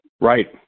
right